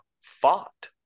fought